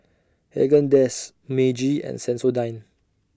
Haagen Dazs Meiji and Sensodyne